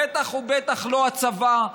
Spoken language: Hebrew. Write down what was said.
בטח ובטח לא הצבא.